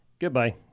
Goodbye